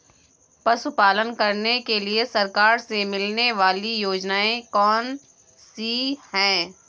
पशु पालन करने के लिए सरकार से मिलने वाली योजनाएँ कौन कौन सी हैं?